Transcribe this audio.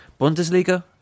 Bundesliga